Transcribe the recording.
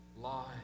lie